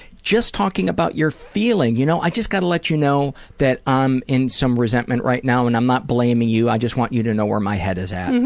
just talking about your feeling, you know, i just gotta let you know that i'm in some resentment right now and i'm not blaming you, i just want you to know where my head is at. and